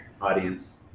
audience